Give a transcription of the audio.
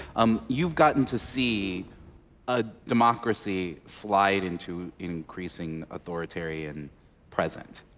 um you've gotten to see a democracy slide into increasing authoritarian present.